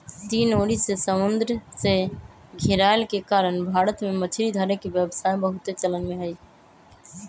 तीन ओरी से समुन्दर से घेरायल के कारण भारत में मछरी धरे के व्यवसाय बहुते चलन में हइ